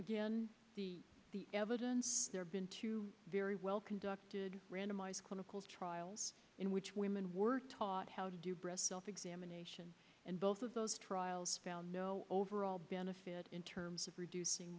the evidence there been two very well conducted randomized clinical trials in which women were taught how to do breast self examination and both of those trials found no overall benefit in terms of reducing